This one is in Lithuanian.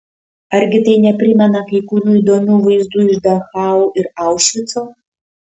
argi tai neprimena kai kurių įdomių vaizdų iš dachau ir aušvico